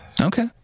Okay